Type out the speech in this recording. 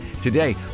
Today